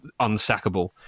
unsackable